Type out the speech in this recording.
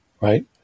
right